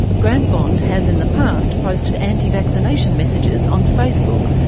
grant bond has in the past posted anti-vaccination messages on facebook.